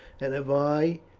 and if i,